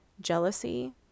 jealousy